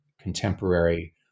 contemporary